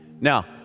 Now